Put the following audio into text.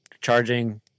charging